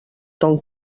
ton